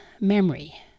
memory